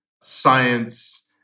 science